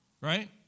Right